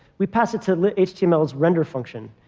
we pass it to lit-html's render function,